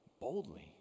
boldly